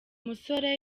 musore